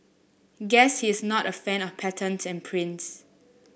guess he's not a fan of patterns and prints